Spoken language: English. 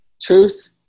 truth